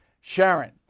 Sharon